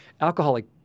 alcoholic